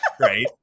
Right